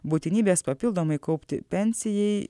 būtinybės papildomai kaupti pensijai